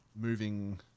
moving